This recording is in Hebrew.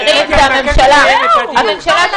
זה הממשלה, הממשלה הזאת